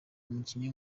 umukinnyi